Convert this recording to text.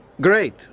Great